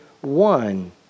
one